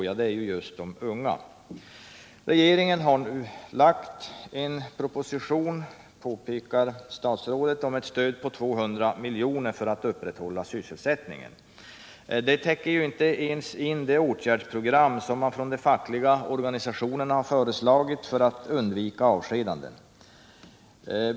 Jo, det är just de 91 Regeringen har lagt fram en proposition, påpekar statsrådet, om ett stöd på 200 milj.kr. för att upprätthålla sysselsättningen. Det täcker inte ens in det åtgärdsprogram som de fackliga organisationerna har föreslagit för att undvika avskedanden.